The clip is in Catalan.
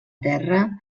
terra